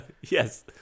yes